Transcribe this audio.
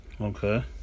okay